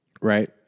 Right